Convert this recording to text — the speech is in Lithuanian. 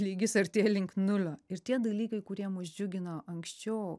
lygis artėja link nulio ir tie dalykai kurie mus džiugino anksčiau